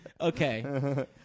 Okay